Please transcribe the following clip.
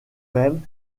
même